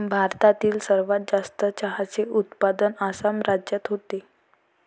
भारतातील सर्वात जास्त चहाचे उत्पादन आसाम राज्यात होते